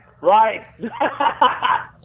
Right